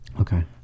Okay